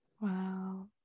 Wow